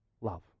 love